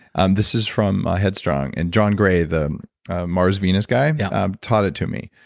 and this is from a headstrong and john gray, the mars, venus guy yeah ah taught it to me.